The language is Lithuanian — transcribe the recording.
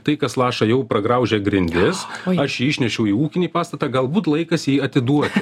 tai kas laša jau pragraužė grindis aš jį išnešiau į ūkinį pastatą galbūt laikas jį atiduoti